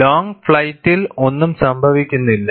long ഫ്ലൈറ്റിൽ ഒന്നും സംഭവിക്കുന്നില്ല